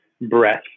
breath